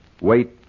Wait